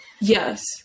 yes